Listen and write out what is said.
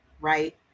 right